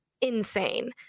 insane